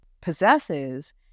possesses